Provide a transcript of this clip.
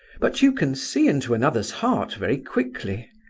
but you can see into another's heart very quickly.